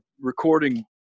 recording